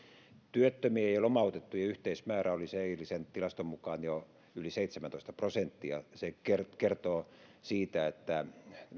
työttömien ja lomautettujen yhteismäärä olisi eilisen tilaston mukaan jo yli seitsemäntoista prosenttia se kertoo siitä että